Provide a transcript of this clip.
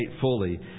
fully